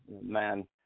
man